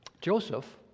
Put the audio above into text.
Joseph